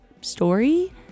story